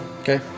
Okay